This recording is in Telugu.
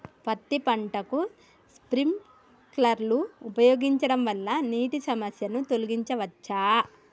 పత్తి పంటకు స్ప్రింక్లర్లు ఉపయోగించడం వల్ల నీటి సమస్యను తొలగించవచ్చా?